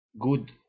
good